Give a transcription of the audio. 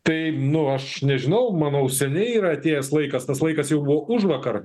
tai nu aš nežinau manau seniai yra atėjęs laikas tas laikas jau buvo užvakar